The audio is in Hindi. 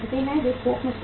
वे थोक में स्टोर करते हैं